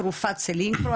תרופת סלינקרו,